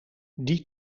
die